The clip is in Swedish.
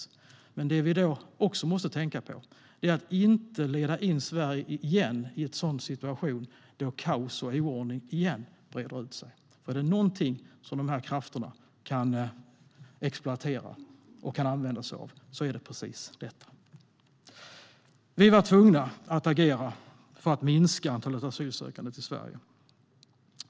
Men det vi också måste tänka på är att inte leda in Sverige i en sådan situation igen då kaos och oordning än en gång breder ut sig. Om det är någonting dessa krafter kan exploatera och använda sig av är det precis detta. Regeringen var tvungen att agera för att minska antalet asylsökande till Sverige.